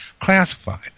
classified